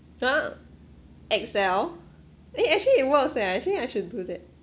!huh! excel eh actually it works eh actually I should do that